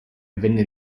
venne